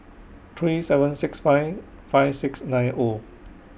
three seven six five five six nine O